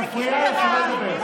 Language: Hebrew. את מפריעה לשרה לדבר.